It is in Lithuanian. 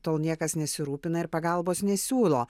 tol niekas nesirūpina ir pagalbos nesiūlo